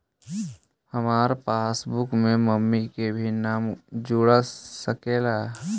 हमार पासबुकवा में मम्मी के भी नाम जुर सकलेहा?